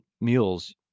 mules